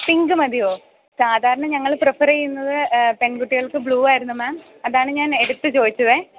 pink മതിയോ സാധാരണ ഞങ്ങള് പ്രിഫെര് ചെയ്യുന്നത് പെൺകുട്ടികൾക്ക് ബ്ലൂ ആയിരുന്നു മേം അതാണ് ഞാൻ എടുത്തുചോദിച്ചത്